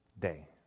Day